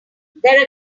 there